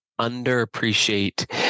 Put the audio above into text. underappreciate